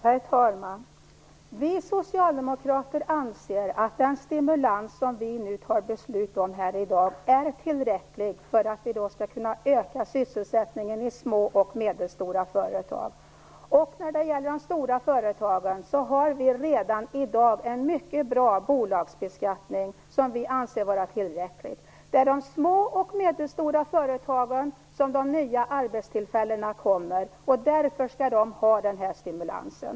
Herr talman! Vi socialdemokrater anser att den stimulans riksdagen nu beslutar om är tillräcklig för att öka sysselsättningen i små och medelstora företag. När det gäller de stora företagen har vi redan i dag en mycket bra bolagsbeskattning som vi anser vara tillräcklig. Det är i de små och medelstora företagen som de nya arbetstillfällena kommer, och därför skall de ha den här stimulansen.